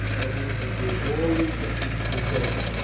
but we should do all we can to deserve it.